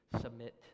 submit